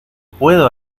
puedo